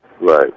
Right